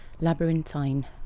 labyrinthine